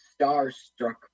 starstruck